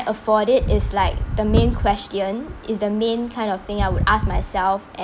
afford it is like the main question is the main kind of thing I would ask myself